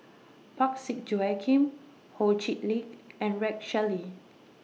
Parsick Joaquim Ho Chee Lick and Rex Shelley